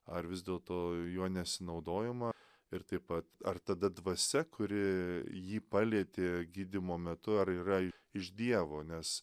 ar vis dėlto juo nesinaudojama ir taip pat ar tada dvasia kuri jį palietė gydymo metu ar yra iš dievo nes